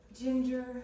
ginger